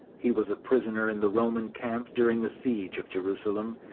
he was a prisoner in the roman camp during the siege of jerusalem,